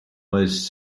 was